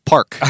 Park